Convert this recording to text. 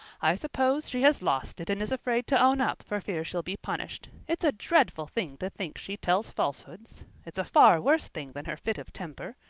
i suppose she has lost it and is afraid to own up for fear she'll be punished. it's a dreadful thing to think she tells falsehoods. it's a far worse thing than her fit of temper.